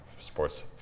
sports